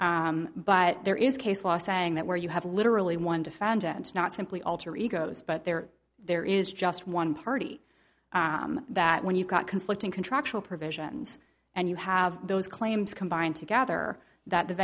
but there is case law saying that where you have really one defendant not simply alter egos but there there is just one party that when you've got conflicting contractual provisions and you have those claims combined together that